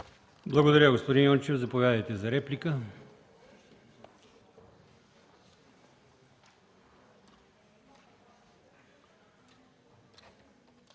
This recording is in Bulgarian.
Благодаря. Господин Йончев, заповядайте за реплика.